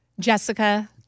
Jessica